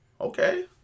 Okay